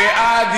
אני בעד.